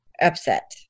upset